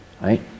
right